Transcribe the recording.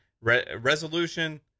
resolution